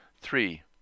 three